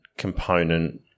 component